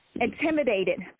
intimidated